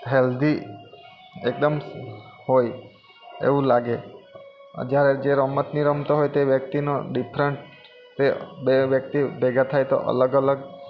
healthy એકદમ હોય એવું લાગે જ્યારે જે રમત નહીં રમતો હોય તે વ્યક્તિનો ડિફરન્ટ તે બે વ્યક્તિઓ ભેગા થાય તો અલગ અલગ